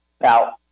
Now